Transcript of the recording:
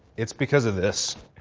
it's because of this.